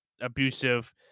abusive